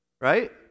right